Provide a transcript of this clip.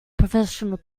professional